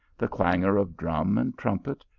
the clangour of drum and trumpet,